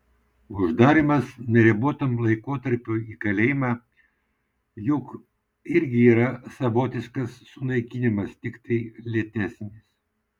uždarymas neribotam laikotarpiui į kalėjimą juk irgi yra savotiškas sunaikinimas tiktai lėtesnis